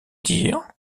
dire